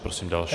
Prosím další.